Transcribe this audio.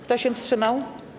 Kto się wstrzymał?